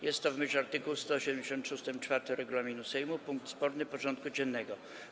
Jest to, w myśl art. 173 ust. 4 regulaminu Sejmu, punkt sporny porządku dziennego.